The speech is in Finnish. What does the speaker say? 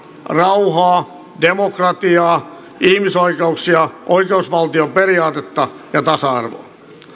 rauhaa demokratiaa ihmisoikeuksia oikeusvaltioperiaatetta ja tasa arvoa